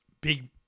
big